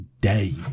day